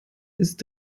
ist